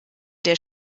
der